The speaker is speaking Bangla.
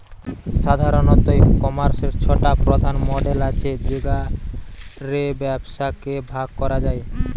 সাধারণত, ই কমার্সের ছটা প্রধান মডেল আছে যেগা রে ব্যবসাকে ভাগ করা যায়